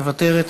מוותרת.